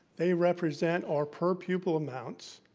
they represent our per pupil amounts,